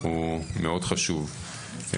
היא מאוד חשובה.